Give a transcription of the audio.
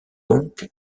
donc